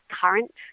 current